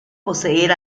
poseer